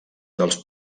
dels